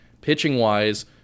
pitching-wise